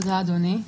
תודה, אדוני.